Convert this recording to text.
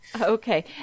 Okay